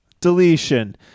Deletion